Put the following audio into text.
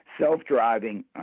self-driving